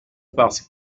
parce